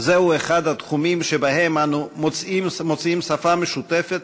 זהו אחד התחומים שבהם אנו מוצאים שפה משותפת